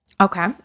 Okay